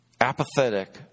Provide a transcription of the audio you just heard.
apathetic